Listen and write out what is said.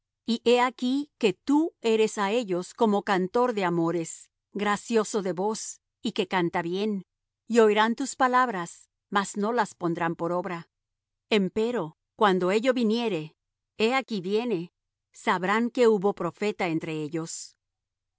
y he aquí que tú eres á ellos como cantor de amores gracioso de voz y que canta bien y oirán tus palabras mas no las pondrán por obra empero cuando ello viniere he aquí viene sabrán que hubo profeta entre ellos